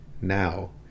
now